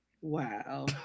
Wow